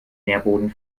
nährboden